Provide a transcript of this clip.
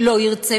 לא ירצה,